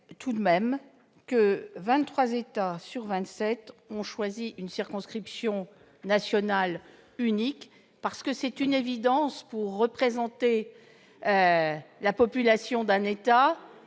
Je le rappelle, 23 États sur 27 ont choisi une circonscription nationale unique. C'est une évidence, pour représenter la population d'un État,